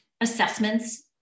assessments